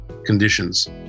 conditions